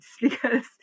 because-